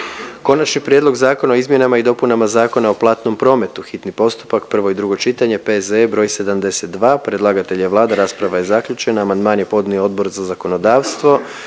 Konačni prijedlog Zakona o izmjenama i dopunama Zakona o poticanju ulaganja, hitni postupak, prvo i drugo čitanje, P.Z.E. broj 85. Predlagatelj je Vlada, rasprava je zaključena pa dajem na glasovanje konačni